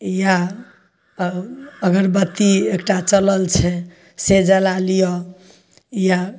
या अगरबत्ती एक टा चलल छै से जला लियऽ या